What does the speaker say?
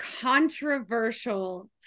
controversial